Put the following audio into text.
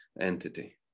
entity